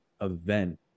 event